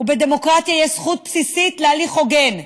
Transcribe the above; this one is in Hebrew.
ובדמוקרטיה יש זכות בסיסית להליך הוגן.